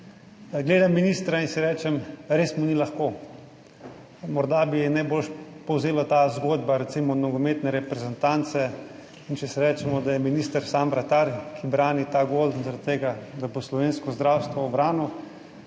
Gledam ministra in si rečem, res mu ni lahko. Morda bi najbolje povzela to zgodba recimo nogometne reprezentance, in če si rečemo, da je minister sam vratar, ki brani ta gol zaradi tega, da bo slovensko zdravstvo ubranil,